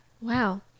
Wow